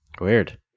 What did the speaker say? weird